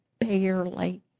barely